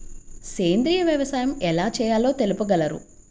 సేంద్రీయ వ్యవసాయం ఎలా చేయాలో తెలుపగలరు?